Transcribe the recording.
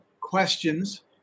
questions